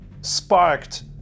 sparked